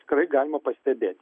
tikrai galima pastebėti